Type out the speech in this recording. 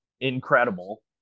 incredible